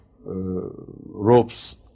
ropes